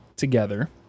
together